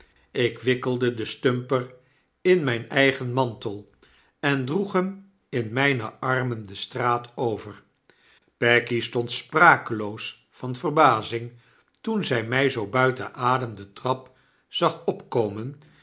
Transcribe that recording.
ik wikkelde den stumper in mijn eigen mantel en droeg hem in mijne armen de straat over peggy stond sprakeloos van verbazing toen zy mij zoo buiten adem de trap zag opkomen